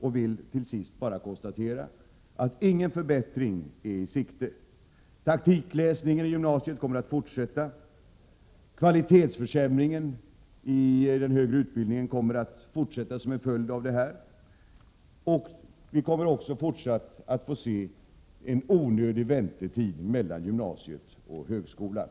Jag vill till sist konstatera att ingen förbättring är i sikte. Taktikläsningen i gymnasiet kommer att fortsätta. Kvalitetsförsämringen av den högre utbildningen kommer att fortsätta. Vi kommer fortsatt att få se en onödig väntetid mellan gymnasiet och högskolan.